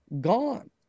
Gone